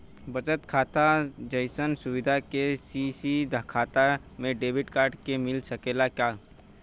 बचत खाता जइसन सुविधा के.सी.सी खाता में डेबिट कार्ड के मिल सकेला का?